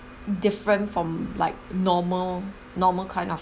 different from like normal normal kind of